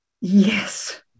Yes